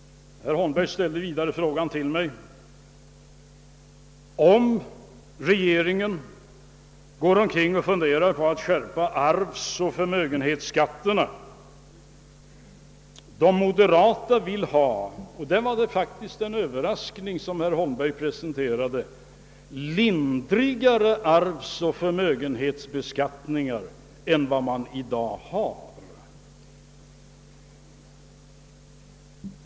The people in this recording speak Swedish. Herr Holmberg frågade vidare om regeringen funderar på att skärpa arvsoch förmögenhetsbeskattningen. De moderata vill ha — och där presenterade herr Holmberg faktiskt en överraskning — lindrigare arvsoch för mögenhetsbeskattning än den nuvarande.